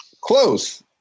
close